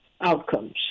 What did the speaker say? outcomes